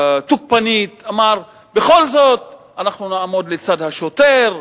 תוקפנית אמר: בכל זאת אנחנו נעמוד לצד השוטר,